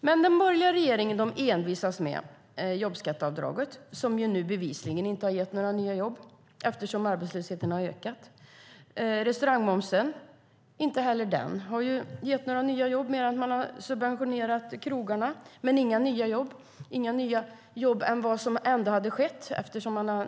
Men den borgerliga regeringen envisas med jobbskatteavdragen, som nu bevisligen inte har gett några nya jobb, eftersom arbetslösheten har ökat. Inte heller restaurangmomsen har ju gett några nya jobb. Man har subventionerat krogarna, men inga nya jobb annat än vad som ändå hade tillkommit.